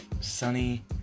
sunny